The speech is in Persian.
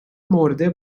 مرده